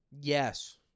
Yes